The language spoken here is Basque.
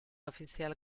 ofizial